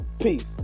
Peace